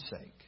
sake